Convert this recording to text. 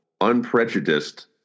unprejudiced